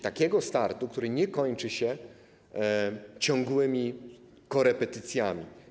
Takiego startu, który nie kończy się ciągłymi korepetycjami.